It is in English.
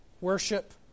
worship